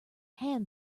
hand